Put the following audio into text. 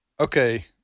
Okay